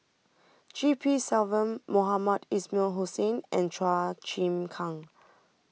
G P Selvam Mohamed Ismail Hussain and Chua Chim Kang